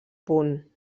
punt